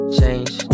change